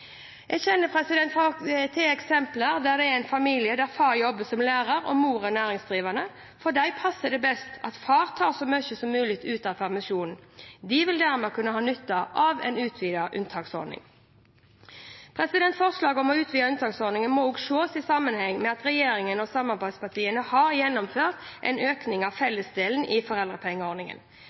Jeg kjenner til et eksempel med en familie der far jobber som lærer og mor er næringsdrivende. For dem passer det best at far tar så mye som mulig av permisjonen. De vil dermed kunne ha nytte av en utvidet unntaksordning. Forslaget om å utvide unntaksordningen må også ses i sammenheng med at regjeringen og samarbeidspartiene har gjennomført en økning av fellesdelen i foreldrepengeordningen.